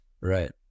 Right